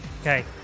Okay